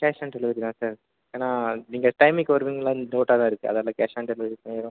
cash on delivery தான் sir ஏன்னா நீங்கள் டைமிங்குக்கு வருவீங்களான்னு டவுட்டாக தான் இருக்குது அதனால கேஷ் ஆன் டெலிவரி தான் சார்